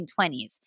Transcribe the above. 1920s